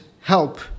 help